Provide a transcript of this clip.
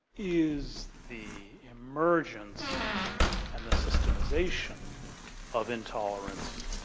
is the emergence and the systematization of intolerance